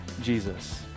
Jesus